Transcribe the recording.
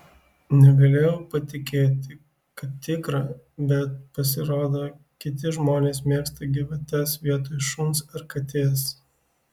negalėjau patikėti kad tikra bet pasirodo kiti žmonės mėgsta gyvates vietoj šuns ar katės